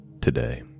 today